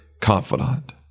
confidant